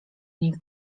niej